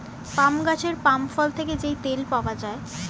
পাম গাছের পাম ফল থেকে যেই তেল পাওয়া যায়